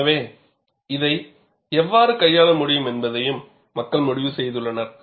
எனவே இதை எவ்வாறு கையாள முடியும் என்பதையும் மக்கள் முடிவு செய்துள்ளனர்